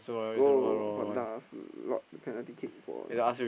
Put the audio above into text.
go lock the penalty kick for